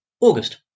August